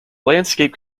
landscape